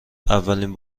اولین